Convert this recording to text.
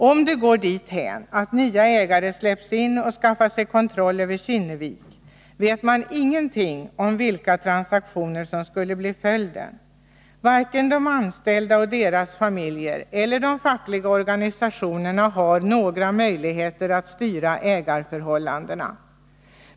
Om det går dithän att nya ägare släpps in och skaffar sig kontroll över Kinnevik, vet man ingenting om vilka transaktioner som skulle bli följden. Varken de anställda och deras familjer eller de fackliga organisationerna har några möjligheter att styra ägarförhållandena.